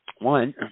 One